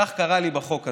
כך קרה לי בחוק הזה.